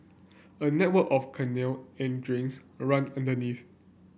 a network of canal and drains run underneath